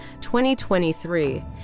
2023